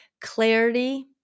clarity